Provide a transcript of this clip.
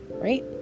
right